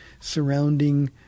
surrounding